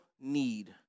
need